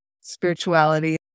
spirituality